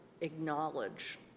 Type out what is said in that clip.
acknowledge